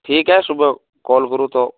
ठीक है सुबह कॉल करूँ तो